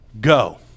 go